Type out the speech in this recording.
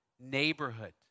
neighborhood